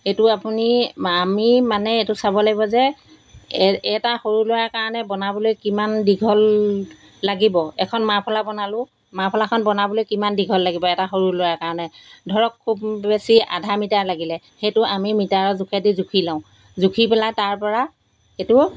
এইটো আপুনি আমি মানে এইটো চাব লাগিব যে এ এটা সৰু ল'ৰা কাৰণে বনাবলৈ কিমান দীঘল লাগিব এখন মাৰ্ফলা বনালোঁ মাৰ্ফলাখন বনাবলৈ কিমান দীঘল লাগিব এটা সৰু ল'ৰা কাৰণে ধৰক খুব বেছি আধা মিটাৰ লাগিলে সেইটো আমি মিটাৰৰ জোখেদি জুখি লওঁ জুখি পেলাই তাৰপৰা এইটো